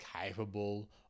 capable